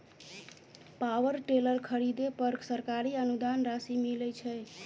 Power tiller खरीदे पर सरकारी अनुदान राशि मिलय छैय?